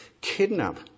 kidnap